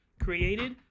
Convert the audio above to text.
created